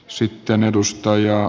herra puhemies